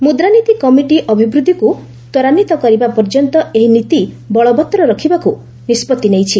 ମୁଦ୍ରାନୀତି କମିଟି ଅଭିବୃଦ୍ଧିକୁ ତ୍ୱରାନ୍ୱିତ କରିବା ପର୍ଯ୍ୟନ୍ତ ଏହି ନୀତି ବଳବତ୍ତର ରଖିବାକୁ ନିଷ୍କଭି ନେଇଛି